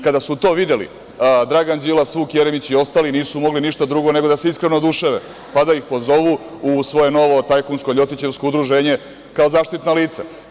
Kada su to videli Dragan Đilas, Vuk Jeremić i ostali, nisu mogli ništa drugo nego da se iskreno oduševe, pa da ih pozovu u svoje novo tajkunsko ljotićevsko udruženje kao zaštitna lica.